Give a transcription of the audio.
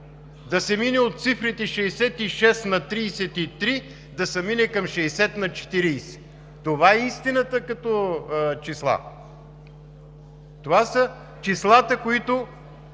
сега – от цифрите 66 на 33 да се мине към 60 на 40. Това е истината като числа, това са числата, които